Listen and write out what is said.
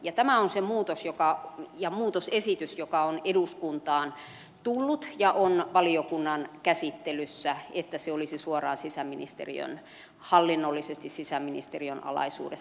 ja tämä on se muutosesitys joka on eduskuntaan tullut ja on valiokunnan käsittelyssä että se olisi suoraan hallinnollisesti sisäministeriön alaisuudessa